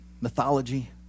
mythology